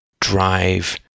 drive